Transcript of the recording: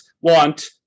Want